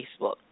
Facebook